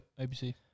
ABC